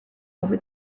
over